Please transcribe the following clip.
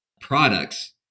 products